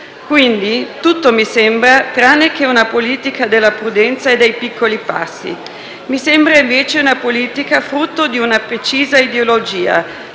Quindi, tutto mi sembra tranne che una politica della prudenza e dei piccoli passi. Mi sembra invece una politica frutto di una precisa ideologia,